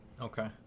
Okay